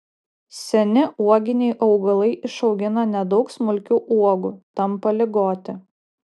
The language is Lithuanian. seni uoginiai augalai išaugina nedaug smulkių uogų tampa ligoti